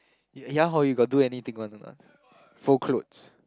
ya hor you got do anything one or not fold clothes